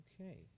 Okay